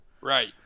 Right